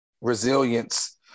resilience